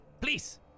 please